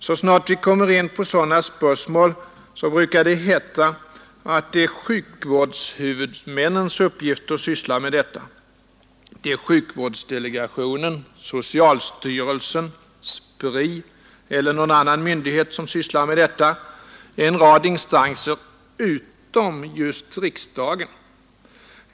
Så snart vi kommer in på sådana spörsmål brukar det heta att det är sjukvårdshuvudmännens uppgift att syssla med detta, att det är sjukvårdsdelegationen, socialstyrelsen, SPRI eller någon annan myndighet som sysslar med detta, en rad instanser utom just riksdagen.